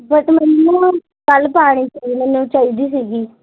but ਮੈਨੂੰ ਕੱਲ੍ਹ ਪਾਉਣੀ ਸੀ ਮੈਨੂੰ ਚਾਹੀਦੀ ਸੀਗੀ